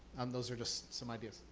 um those are just some ideas.